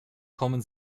kommen